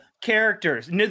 characters